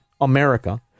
America